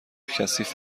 کثیف